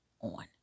on